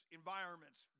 environments